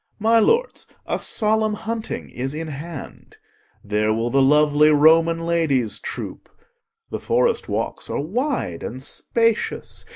my lords, a solemn hunting is in hand there will the lovely roman ladies troop the forest walks are wide and spacious,